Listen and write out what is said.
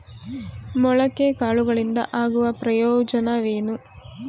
ಮೊಳಕೆ ಕಾಳುಗಳಿಂದ ಆಗುವ ಪ್ರಯೋಜನವೇನು?